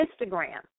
Instagram